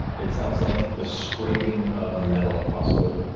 it sounds like the scraping of metal across wood,